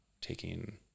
taking